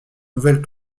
nouvelle